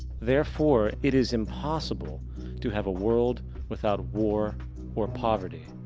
therefore, it is impossible to have a world without war or poverty.